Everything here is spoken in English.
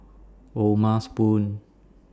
O'ma Spoon